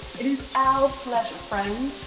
it is our pleasure friend.